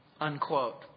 unquote